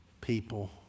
people